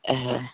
হ্যাঁ